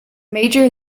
major